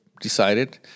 decided